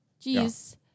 Jeez